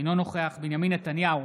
אינו נוכח בנימין נתניהו,